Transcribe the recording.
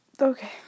Okay